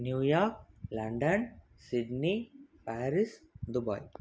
New York London Sydney Paris Dubai